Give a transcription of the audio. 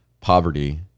poverty